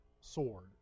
sword